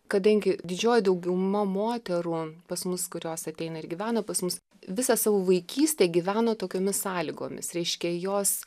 kadangi didžioji daugiuma moterų pas mus kurios ateina ir gyvena pas mus visą savo vaikystę gyveno tokiomis sąlygomis reiškia jos